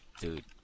dude